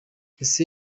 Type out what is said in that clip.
ese